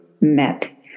met